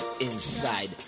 inside